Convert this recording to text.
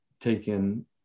taken